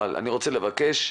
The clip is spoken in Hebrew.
אני רוצה לבקש,